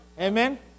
Amen